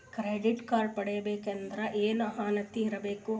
Credit card ಪಡಿಬೇಕಂದರ ಏನ ಅರ್ಹತಿ ಇರಬೇಕು?